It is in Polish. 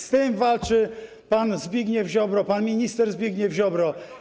Z tym walczy pan Zbigniew Ziobro, pan minister Zbigniew Ziobro.